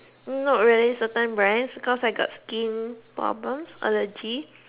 not really certain brands because I have skin problem allergy